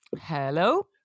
Hello